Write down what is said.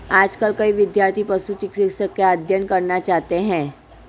आजकल कई विद्यार्थी पशु चिकित्सा का अध्ययन करना चाहते हैं